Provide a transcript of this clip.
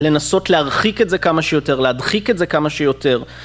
לנסות להרחיק את זה כמה שיותר, להדחיק את זה כמה שיותר,